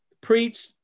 preach